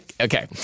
Okay